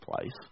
place